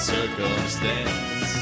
Circumstance